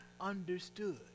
understood